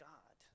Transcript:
God